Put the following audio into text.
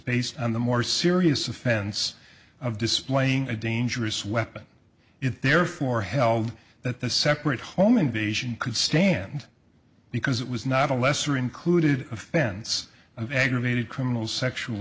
based on the more serious offense of displaying a dangerous weapon therefore held that the separate home invasion could stand because it was not a lesser included offense of aggravated criminal sexual